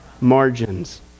margins